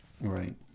right